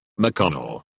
McConnell